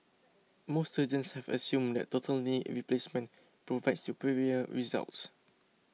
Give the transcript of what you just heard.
most surgeons have assumed that total knee replacement provides superior results